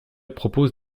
propose